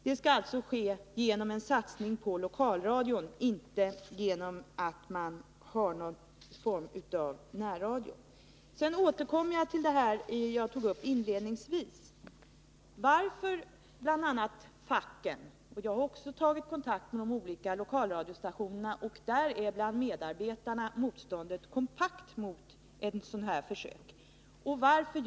Det skall alltså ske genom en satsning på lokalradion, inte genom att man har någon form av närradio. Sedan återkommer jag till det jag tog upp inledningsvis — det gällde bl.a. facket. Jag har också tagit kontakt med de olika lokalradiostationerna, och där är motståndet bland medarbetarna kompakt mot sådana här försök. Och varför?